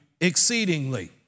exceedingly